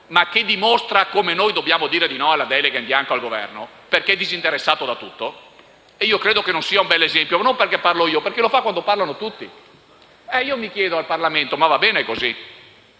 dimostra come noi dobbiamo dire di no alla delega in bianco al Governo, perché è disinteressato a tutto. Credo che non sia un bell'esempio, non perché parlo io, ma perché lo fa quando parlano tutti. Chiedo al Parlamento se va bene così,